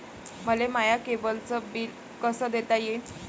मले माया केबलचं बिल कस देता येईन?